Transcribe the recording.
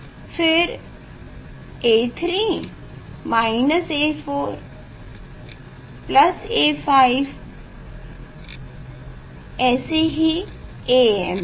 फिर A3 A4 A5Am तक